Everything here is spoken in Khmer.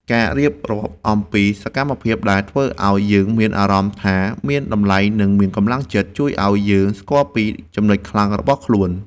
ការរៀបរាប់អំពីសកម្មភាពដែលធ្វើឱ្យយើងមានអារម្មណ៍ថាមានតម្លៃ និងមានកម្លាំងចិត្ត ជួយឱ្យយើងស្គាល់ពីចំណុចខ្លាំងរបស់ខ្លួន។